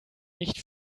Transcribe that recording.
nicht